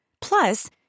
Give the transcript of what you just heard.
Plus